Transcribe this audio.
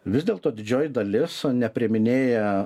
vis dėlto didžioji dalis nepriiminėja